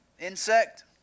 insect